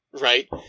right